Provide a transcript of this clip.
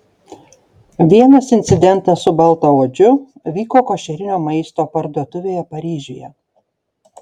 vienas incidentas su baltaodžiu vyko košerinio maisto parduotuvėje paryžiuje